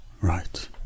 Right